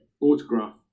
autograph